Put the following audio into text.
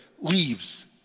leaves